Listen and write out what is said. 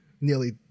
nearly